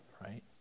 right